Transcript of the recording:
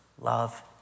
love